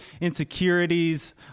insecurities